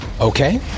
Okay